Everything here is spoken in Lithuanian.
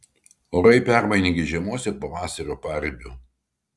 orai permainingi žiemos ir pavasario paribiu